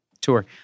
tour